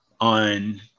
on